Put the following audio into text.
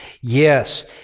yes